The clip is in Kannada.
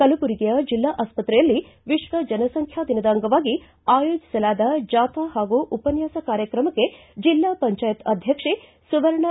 ಕಲಬುರಗಿಯ ಜಿಲ್ಲಾ ಆಸ್ಪತ್ರೆಯಲ್ಲಿ ವಿಶ್ವ ಜನಸಂಖ್ಯಾ ದಿನದ ಅಂಗವಾಗಿ ಆಯೋಜಿಸಲಾದ ಜಾಥಾ ಹಾಗೂ ಉಪನ್ವಾಸ ಕಾರ್ಯಕ್ರಮಕ್ಕೆ ಜಿಲ್ಲಾ ಪಂಚಾಯತ್ ಅಧ್ಯಕ್ಷೆ ಸುವರ್ಣಾ